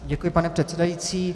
Děkuji, pane předsedající.